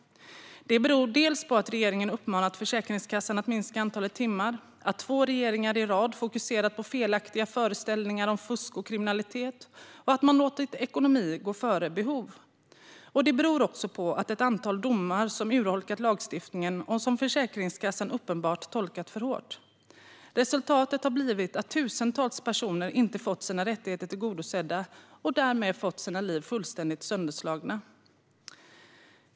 Det beror dels på att regeringen uppmanat Försäkringskassan att minska antalet timmar, dels på att två regeringar i rad har fokuserat på felaktiga föreställningar om fusk och kriminalitet och dels på att man har låtit ekonomi gå före behov. Det beror också på ett antal domar som urholkat lagstiftningen och som Försäkringskassan uppenbart tolkat för hårt. Resultatet har blivit att tusentals personer inte har fått sina rättigheter tillgodosedda och därmed fått sina liv fullständigt sönderslagna.